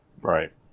Right